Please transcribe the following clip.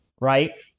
right